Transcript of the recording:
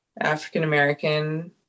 African-American